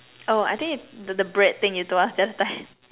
oh I think it the the bread thing you told us the other time